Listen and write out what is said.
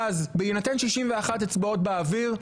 ואז בהינתן 61 אצבעות באוויר,